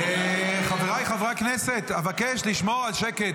חבריי חברי הכנסת, אבקש לשמור על שקט.